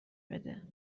بده